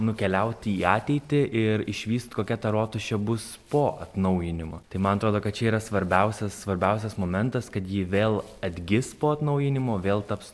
nukeliauti į ateitį ir išvyst kokia ta rotušė bus po atnaujinimo tai man atrodo kad čia yra svarbiausias svarbiausias momentas kad ji vėl atgis po atnaujinimo vėl taps